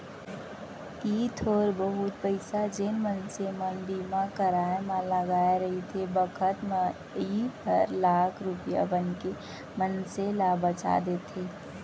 अइ थोर बहुत पइसा जेन मनसे मन बीमा कराय म लगाय रथें बखत म अइ हर लाख रूपया बनके मनसे ल बचा देथे